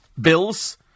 bills